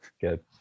Good